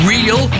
Real